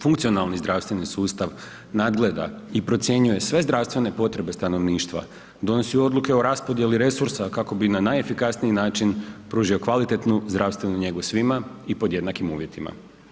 Funkcionalni zdravstveni sustav nadgleda i procjenjuje sve zdravstvene potrebe stanovništva, donosi odluke o raspodjeli resursa kako bi na najefikasniji način pružio kvalitetnu zdravstvenu njegu svima i pod jednakim uvjetima.